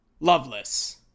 loveless